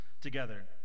together